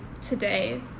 today